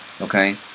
Okay